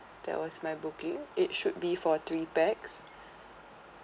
that was my booking it should be for three packs